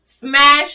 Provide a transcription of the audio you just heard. smash